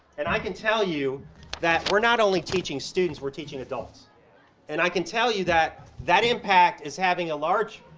and i can tell you that we're not only teaching students, we're teaching adults and i can tell you that that impact is having a large